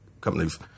companies